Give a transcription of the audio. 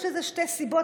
יש לזה שתי סיבות,